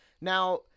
Now